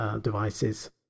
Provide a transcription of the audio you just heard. devices